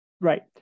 Right